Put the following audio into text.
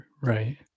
right